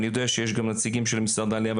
אני יודע שיש נציגים של משרד העלייה,